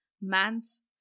Man's